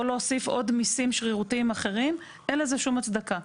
או להוסיף עוד מסים שרירותיים אחרים אין לזה שום הצדקה.